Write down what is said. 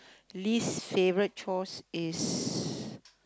least favourite chores is